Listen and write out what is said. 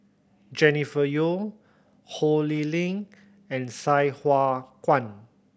Jennifer Yeo Ho Lee Ling and Sai Hua Kuan